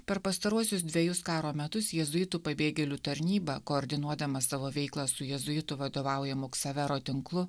per pastaruosius dvejus karo metus jėzuitų pabėgėlių tarnyba koordinuodama savo veiklą su jėzuitų vadovaujamu ksavero tinklu